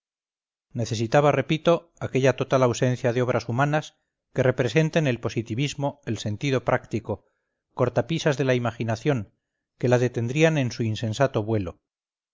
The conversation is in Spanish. necesitaba repito aquella total ausencia de obras humanas que representen el positivismo el sentido práctico cortapisas de la imaginación que la detendrían en su insensato vuelo